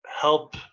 help